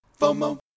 FOMO